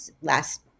last